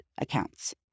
accounts